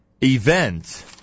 event